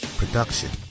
production